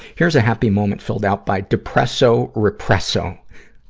here's a happy moment filled out by depresso represso.